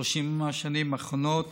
ב-30 השנים האחרונות